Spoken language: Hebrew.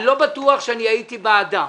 אני לא בטוח שהייתי בעדה,